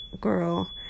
girl